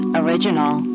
original